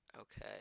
Okay